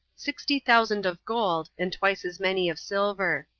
sixty thousand of gold, and twice as many of silver.